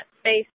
space